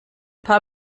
paar